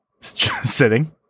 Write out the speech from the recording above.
sitting